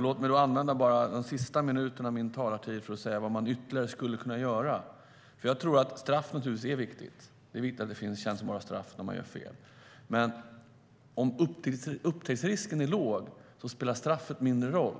Låt mig använda den sista minuten av min talartid till att säga vad vi skulle kunna göra ytterligare. Straff är viktigt. Det är viktigt att man får kännbara straff när man gör fel. Men om upptäcktsrisken är låg spelar straffet mindre roll.